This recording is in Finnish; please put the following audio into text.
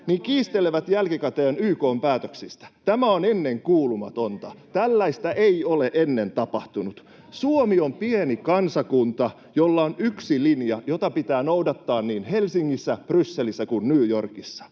He kiistelevät jälkikäteen YK:n päätöksistä. Tämä on ennenkuulumatonta. Tällaista ei ole ennen tapahtunut. Suomi on pieni kansakunta, jolla on yksi linja, jota pitää noudattaa niin Helsingissä, Brysselissä kuin New Yorkissa.